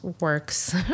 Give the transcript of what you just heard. works